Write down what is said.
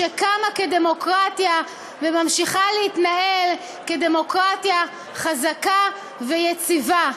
שקמה כדמוקרטיה וממשיכה להתנהל כדמוקרטיה חזקה ויציבה.